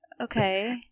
Okay